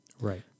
Right